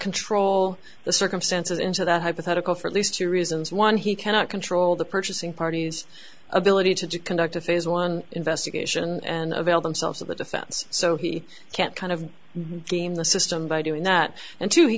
control the circumstances into that hypothetical for at least two reasons one he cannot control the purchasing parties ability to conduct a phase one investigation and avail themselves of the defense so he can't kind of game the system by doing that and